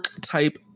type